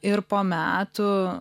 ir po metų